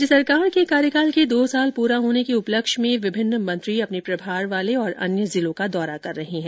राज्य सरकार के कार्यकाल के दो साल पूरा होने के उपलक्ष्य में विभिन्न मंत्री अपने प्रभार वाले तथा अन्य जिलों का दौरा कर रहे हैं